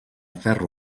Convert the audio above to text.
ferro